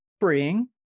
Freeing